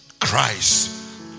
Christ